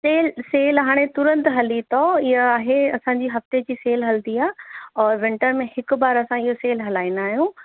sale sale हाणे तुरंत हली अथव इहा आहे असांजी हफ़्ते जी सेल हलंदी आहे और विंटर में हिकु बार असां इहा सेल हलाईंदा आहियूं